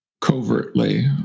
covertly